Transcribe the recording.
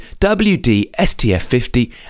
WDSTF50